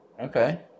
Okay